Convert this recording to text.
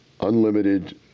Unlimited